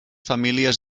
famílies